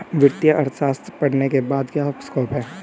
वित्तीय अर्थशास्त्र पढ़ने के बाद क्या स्कोप है?